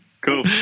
cool